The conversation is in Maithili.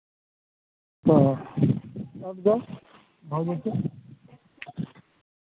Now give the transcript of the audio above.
तऽ आबि जाउ भऽ जेतै